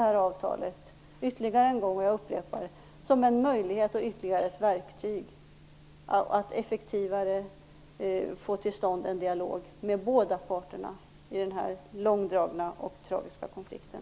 att jag ser avtalet som en möjlighet och ytterligare ett verktyg att effektivare få till stånd en dialog med båda parterna i den här långdragna och tragiska konflikten.